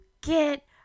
get